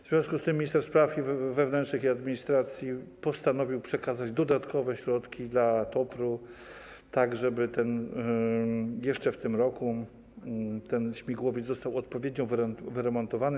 W związku z tym minister spraw wewnętrznych i administracji postanowił przekazać dodatkowe środki dla TOPR-u, tak żeby jeszcze w tym roku ten śmigłowiec został odpowiednio wyremontowany.